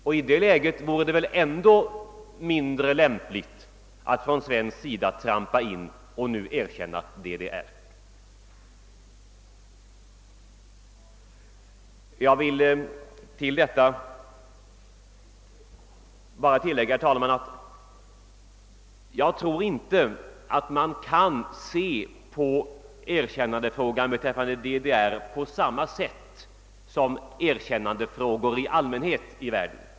I detta läge vore det ännu mindre lämpligt att Sverige skulle trampa in och erkänna DDR. Jag vill utöver detta bara tillägga att jag inte anser att frågan om erkännande av DDR kan betraktas på samma sätt som erkännandefrågor i allmänhet.